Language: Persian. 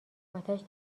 اتش